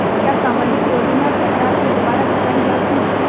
क्या सामाजिक योजना सरकार के द्वारा चलाई जाती है?